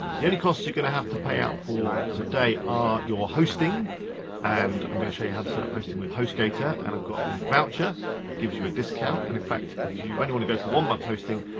the only costs you're gonna have to pay out for today are your hosting and i'm gonna show you how to set up hosting with hostgator and i've got a voucher that gives you a discount. and in fact, if you only i mean wanna go for one month's hosting,